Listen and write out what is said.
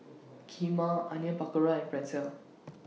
Kheema Onion Pakora and Pretzel